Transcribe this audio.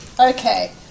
Okay